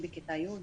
היא בכיתה י'.